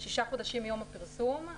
שישה חודשים מיום הפרסום.